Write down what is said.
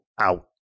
Out